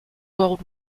world